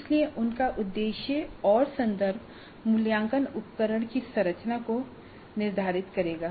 इसलिए उनका उद्देश्य और संदर्भ मूल्यांकन उपकरण की संरचना को निर्धारित करेगा